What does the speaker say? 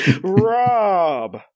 Rob